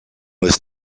was